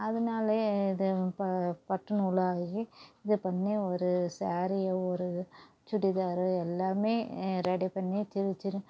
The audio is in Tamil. அதனாலேயே இது ப பட்டு நூலாக ஆகி இது பண்ணி ஒரு சாரீயோ ஒரு சுடிதார் எல்லாமே ரெடி பண்ணி சிறு சிறு